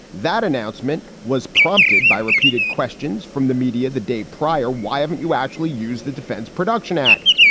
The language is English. that announcement was prompted by repeated questions from the media the day prior. why haven't you actually use the defense production act?